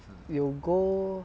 有 gold